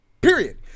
Period